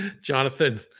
Jonathan